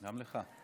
גם לך.